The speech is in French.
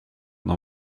dans